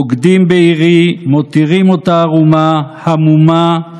בוגדים בעירי, / מותירים אותה ערומה, המומה: